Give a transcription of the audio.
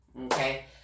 Okay